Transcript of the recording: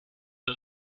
der